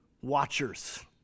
watchers